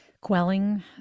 quelling